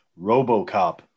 Robocop